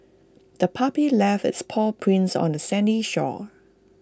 the puppy left its paw prints on the sandy shore